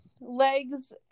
legs